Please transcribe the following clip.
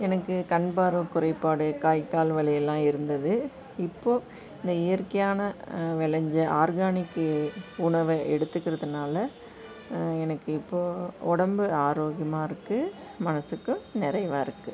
எனக்கு கண்பார்வை குறைபாடு கைக்கால் வலியெல்லாம் இருந்தது இப்போது இந்த இயற்கையான விளஞ்ச ஆர்கானிக்கு உணவ எடுத்துக்கிறதுனால எனக்கு இப்போது உடம்பு ஆரோக்கியமாக இருக்குது மனதுக்கு நிறைவா இருக்குது